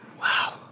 Wow